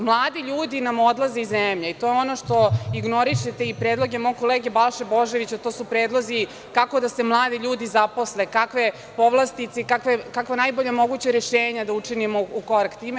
Mladi ljudi nam odlaze iz zemlje i to je ono što ignorišete i predloge mog kolege Balše Božovića, a to su predlozi kako da se mladi ljudi zaposle, kakve povlastice i kakva najbolja moguća rešenja da učinimo u korak tome.